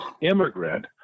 immigrant